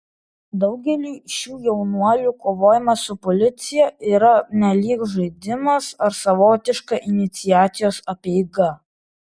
daugeliui šių jaunuolių kovojimas su policija yra nelyg žaidimas ar savotiška iniciacijos apeiga